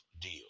deal